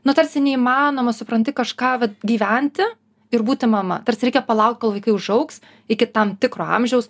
nu tarsi neįmanoma supranti kažką vat gyventi ir būti mama tarsi reikia palauk kol vaikai užaugs iki tam tikro amžiaus